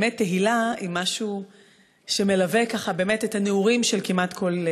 באמת "תהילה" הוא משהו שמלווה את הנעורים של כמעט כל